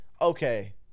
okay